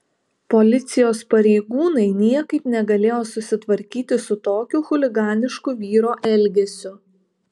policijos pareigūnai niekaip negalėjo susitvarkyti su tokiu chuliganišku vyro elgesiu